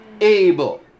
Abel